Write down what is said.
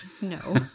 No